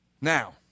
Now